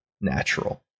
natural